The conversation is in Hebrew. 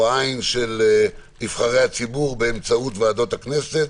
או "עין נבחרי הציבור" באמצעות ועדות הכנסת.